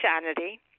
sanity